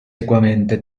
equamente